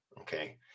Okay